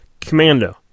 Commando